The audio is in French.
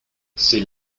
c’est